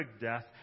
death